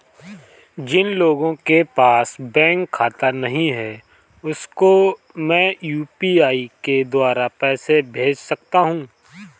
जिन लोगों के पास बैंक खाता नहीं है उसको मैं यू.पी.आई के द्वारा पैसे भेज सकता हूं?